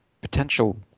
potential